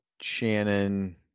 Shannon